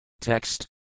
Text